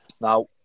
Now